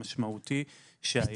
המשמעותי שהיה.